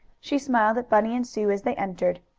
she smiled at bunny and sue as they entered.